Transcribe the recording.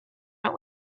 but